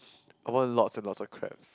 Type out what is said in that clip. I want lots and lots of crabs